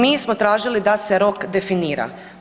Mi smo tražili da se rok definira.